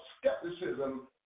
skepticism